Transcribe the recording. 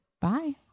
bye